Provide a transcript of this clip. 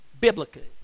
Biblically